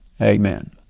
Amen